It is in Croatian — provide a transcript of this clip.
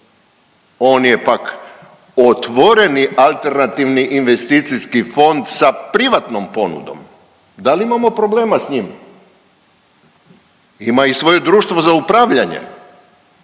On je pak otvoreni alternativni investicijski fond sa privatnom ponudom. Da li imamo problema s njim? Ima i svoje društvo za upravljanje.